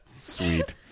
Sweet